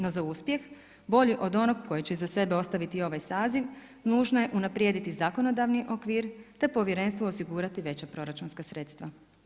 No za uspjeh bolji od onog koji će iza sebe ostaviti ovaj, nužno je unaprijediti zakonodavni okvir te povjerenstvu osigurati veća proračunska sredstva.